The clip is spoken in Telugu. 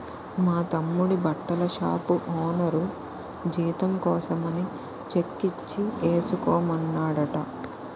మా తమ్ముడి బట్టల షాపు ఓనరు జీతం కోసమని చెక్కిచ్చి ఏసుకోమన్నాడట